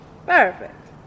Perfect